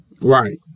Right